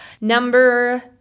Number